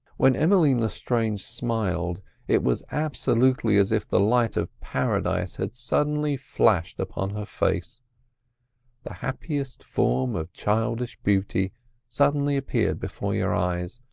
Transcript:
when emmeline lestrange smiled it was absolutely as if the light of paradise had suddenly flashed upon her face the happiest form of childish beauty suddenly appeared before your eyes,